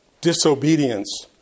disobedience